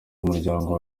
umuryango